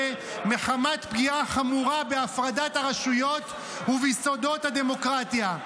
מחמת פגיעה חמורה בהפרדת הרשויות וביסודות הדמוקרטיה.